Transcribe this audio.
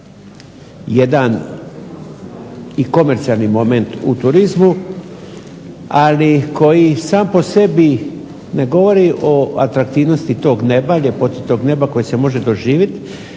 jedan i komercijalni moment u turizmu ali koji sam po sebi ne govori o atraktivnosti tog neba, ljepoti tog neba koji se može doživjeti,